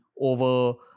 over